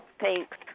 Thanks